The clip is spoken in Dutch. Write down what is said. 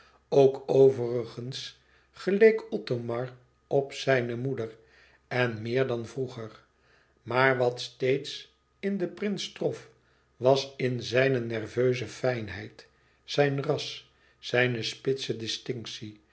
ook overigens geleek othomar op zijne moeder en meer dan vroeger maar wat steeds in den prins trof was in zijne nerveuze fijnheid zijn ras zijne spitse distinctie